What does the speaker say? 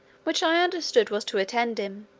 which i understood was to attend him,